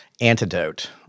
antidote